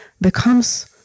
becomes